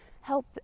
help